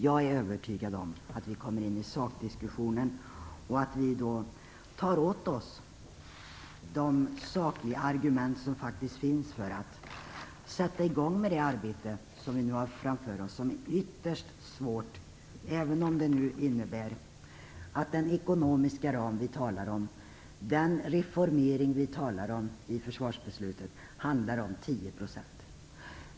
Jag är övertygad om att när vi kommer in i sakdiskussionen tar vi åt oss de sakliga argument som faktiskt finns för att sätta i gång med det arbete som vi nu har framför oss och som är ytterst svårt, även om den ekonomiska ram och reformering som vi talar om handlar om en besparing på 10 %.